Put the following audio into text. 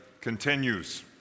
continues